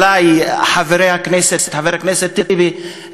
חבר הכנסת טיבי,